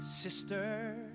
sister